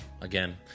Again